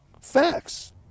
facts